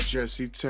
Jesse